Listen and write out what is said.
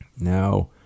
now